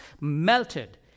melted